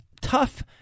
tough